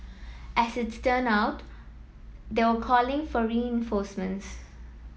as it turn out they were calling for reinforcements